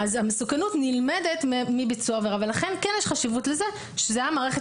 המסוכנות נלמדת מביצוע עבירה ולכן כן יש חשיבות לזה שזאת מערכת